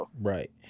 Right